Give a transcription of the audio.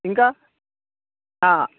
ఇంకా